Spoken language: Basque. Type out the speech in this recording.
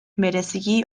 bereziki